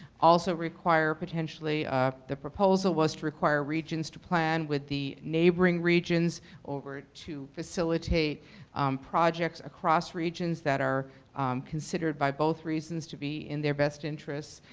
also require potentially the proposal was to require regions to plan with the neighboring regions over to facilitate projects across regions that are considered by both reasons to be in their best interest.